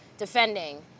defending